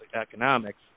economics